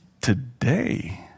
today